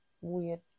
weird